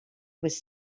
was